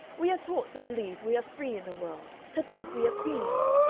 we are taught to believe we are free in the world, to think we are queens.